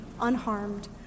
unharmed